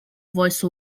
voice